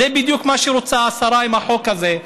זה בדיוק מה שרוצה השרה עם החוק הזה,